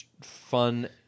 fun